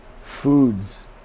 foods